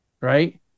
Right